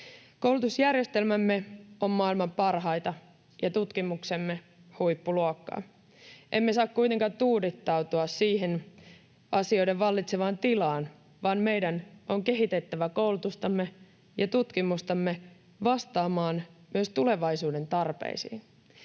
Koulutusjärjestelmämme on maailman parhaita ja tutkimuksemme huippuluokkaa. Emme saa kuitenkaan tuudittautua siihen asioiden vallitsevaan tilaan, vaan meidän on kehitettävä koulutustamme ja tutkimustamme vastaamaan myös tulevaisuuden tarpeisiin.